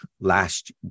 last